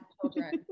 children